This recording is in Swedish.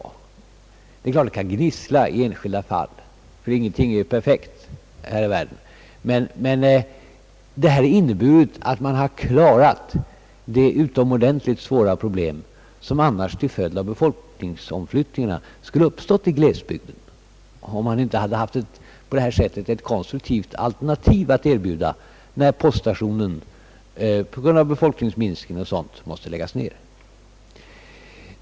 Det är klart att det kan gnissla i enskilda fall, ty ingenting är perfekt här i världen. Detta system har dock inneburit att man har klarat de utomordentligt svåra problem som skulle ha uppstått i glesbygderna, om man inte på detta sätt hade haft ett konstruktivt alternativ att erbjuda när poststationer på grund av befolkningsminskning och annat måste läggas ned.